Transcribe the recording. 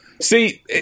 see